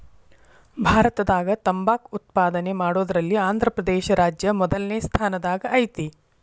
ಭಾರತದಾಗ ತಂಬಾಕ್ ಉತ್ಪಾದನೆ ಮಾಡೋದ್ರಲ್ಲಿ ಆಂಧ್ರಪ್ರದೇಶ ರಾಜ್ಯ ಮೊದಲ್ನೇ ಸ್ಥಾನದಾಗ ಐತಿ